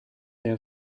der